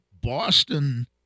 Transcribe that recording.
Boston